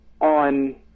on